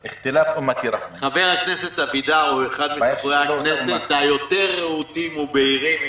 חבר הכנסת אבידר הוא אחד מחברי הכנסת היותר רהוטים ובהירים,